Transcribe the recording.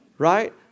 Right